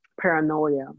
paranoia